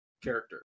character